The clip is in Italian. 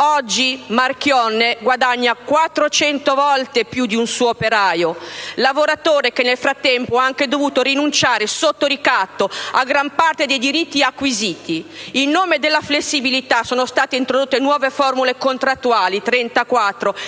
oggi Marchionne guadagna quattrocento volte più di un suo operaio, lavoratore che nel frattempo ha anche dovuto rinunciare, sotto ricatto, a gran parte dei diritti acquisiti. In nome della flessibilità sono state introdotte 34 nuove formule contrattuali